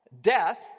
Death